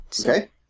Okay